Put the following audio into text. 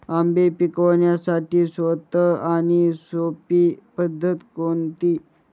आंबे पिकवण्यासाठी स्वस्त आणि सोपी पद्धत कोणती?